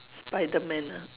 spiderman ah